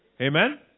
Amen